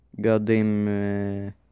goddamn